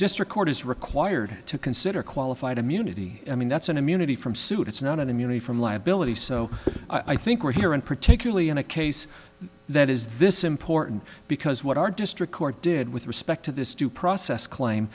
district court is required to consider qualified immunity i mean that's an immunity from suit it's not an immunity from liability so i think we're here and particularly in a case that is this important because what our district court did with respect to this process due claim